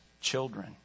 children